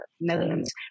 netherlands